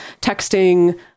texting